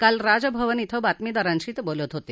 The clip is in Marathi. काल राजभवन इथं बातमीदारांशी ते बोलत होते